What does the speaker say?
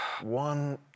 One